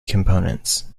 components